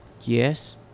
yes